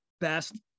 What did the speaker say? best